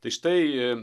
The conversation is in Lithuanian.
tai štai